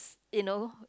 you know